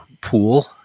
pool